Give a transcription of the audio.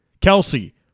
Kelsey